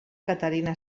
caterina